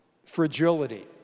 fragility